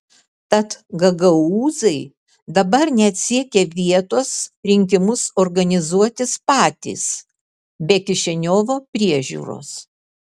tad gagaūzai dabar net siekia vietos rinkimus organizuotis patys be kišiniovo priežiūros